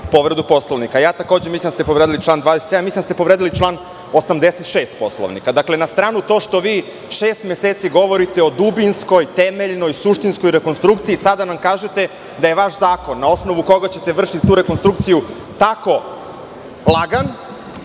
povredu Poslovnika. Takođe mislim da ste povredili član 27. Mislim da ste povredili član 86. Poslovnika. Dakle, na stranu to što vi šest meseci govorite o dubinskoj, temeljnoj, suštinskoj rekonstrukciji, sada nam kažete da je vaš zakon na osnovu koga ćete vršiti tu rekonstrukciju tako lagan